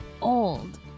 old